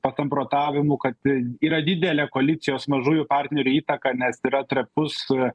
pasamprotavimų kad yra didelė koalicijos mažųjų partnerių įtaka nes yra trapus e